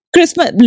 Christmas